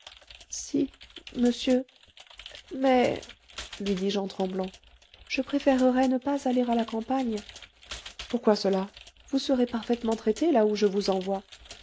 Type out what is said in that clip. si monsieur mais lui dis-je en tremblant je préférerais ne pas aller à la campagne pourquoi cela vous serez parfaitement traitée là où je vous envoie